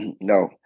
No